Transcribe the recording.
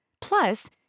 Plus